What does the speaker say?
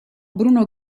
bruno